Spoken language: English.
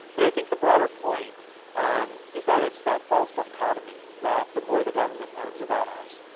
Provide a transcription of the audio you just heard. but i think the broader point is that it's that false dichotomy, that the more the government learns about us,